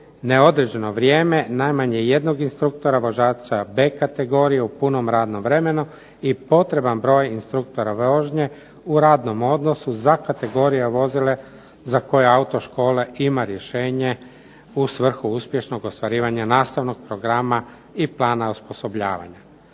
neodređeno vrijeme najmanje jednog instruktora vozača B kategorije u punom radnom vremenu i potreban broj instruktora vožnje u radnom odnosu za kategorije vozila za koje autoškola ima rješenja u svrhu uspješnog ostvarivanja nastavnog programa i plana osposobljavanja.